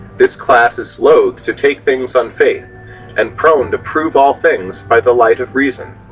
this class is loath to take things on faith and prone to prove all things by the light of reason.